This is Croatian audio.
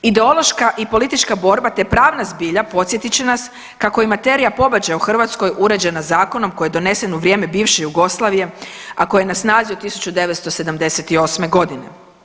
Ideološka i politička borba te pravna zbilja podsjetit će nas kako je materija pobačaja u Hrvatskoj uređena zakonom koji je donesen u vrijeme bivše Jugoslavije, a koji je na snazi od 1978. godine.